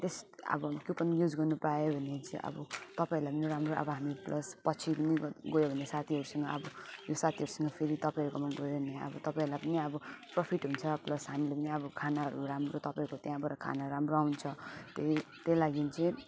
त्यस अब coupon use गर्नु पायो भने चाहिँ अब तपाईँहरूलाई राम्रो अब हामी प्लस पछि पनि गयो भने साथीहरूसँग अब यो साथीहरूसँग फेरि तपाईँहरूकोमा गयो भने अब तपाईँहरूलाई पनि अब प्रफिट हुन्छ प्लस हामीलाई पनि अब खानाहरू राम्रो तपाईँहरूको त्यहाँबाट खानाहरू राम्रो आउँछ त्यही त्यही लागि चाहिँ